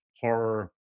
horror